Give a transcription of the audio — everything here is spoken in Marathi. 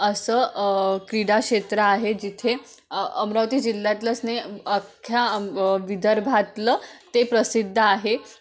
असं क्रीडा क्षेत्र आहे जिथे अमरावती जिल्ह्यातलाच नाही अख्ख्या आ म विदर्भातलं ते प्रसिद्ध आहे